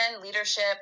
leadership